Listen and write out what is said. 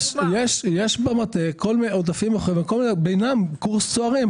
יש במטה כל מיני ובהם קורס צוערים.